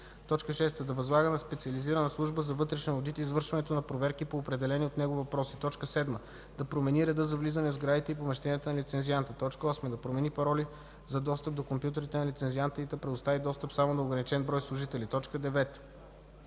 ред; 6. да възлага на специализирана служба за вътрешен одит извършването на проверки по определени от него въпроси; 7. да промени реда за влизане в сградите и помещенията на лицензианта; 8. да промени пароли за достъп до компютрите на лицензианта и да предостави достъп само на ограничен брой служители; 9.